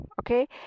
Okay